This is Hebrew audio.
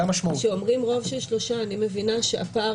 כשאומרים רוב של שלושה אני מבינה שהפער